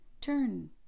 turn